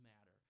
matter